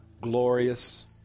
glorious